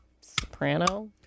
Soprano